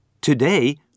Today